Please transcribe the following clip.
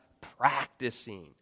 practicing